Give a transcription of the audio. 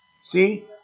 See